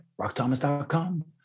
rockthomas.com